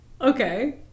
Okay